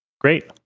Great